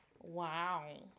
Wow